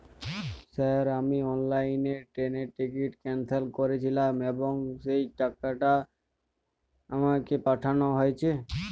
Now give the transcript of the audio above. Sir আমি অনলাইনে ট্রেনের টিকিট ক্যানসেল করেছিলাম এবং সেই টাকা আমাকে পাঠানো হয়েছে?